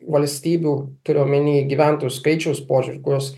valstybių turiu omeny gyventojų skaičiaus požiūriu kurios